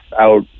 out